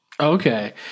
okay